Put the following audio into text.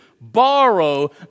borrow